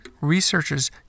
researchers